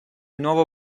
nuovo